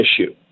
issue